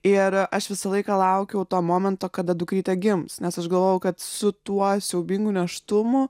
ir aš visą laiką laukiau to momento kada dukrytė gims nes aš galvoju kad su tuo siaubingu nėštumu